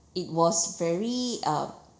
it was very uh